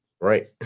right